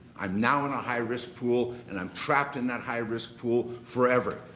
i'm now in a high-risk pool and i'm trapped in that high-risk pool forever.